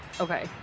Okay